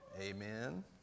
Amen